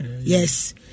Yes